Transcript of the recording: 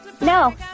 No